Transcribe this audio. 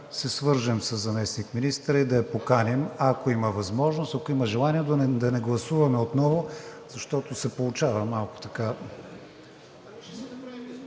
се свържем със заместник-министъра и да я поканим – ако има възможност, ако има желание, да не гласуваме отново, защото се получава малко така…